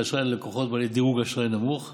אשראי ללקוחות בעלי דירוג אשראי נמוך.